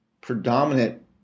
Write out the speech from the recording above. predominant